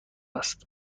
است